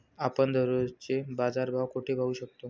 आपण दररोजचे बाजारभाव कोठे पाहू शकतो?